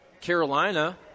Carolina